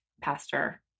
pastor